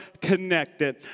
connected